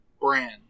brand